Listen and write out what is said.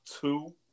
two